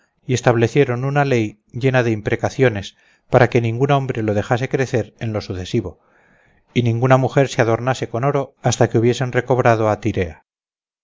y establecieron una ley llena de imprecaciones para que ningún hombre lo dejase crecer en lo sucesivo y ninguna mujer se adornase con oro hasta que hubiesen recobrado a thyrea